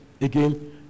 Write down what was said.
Again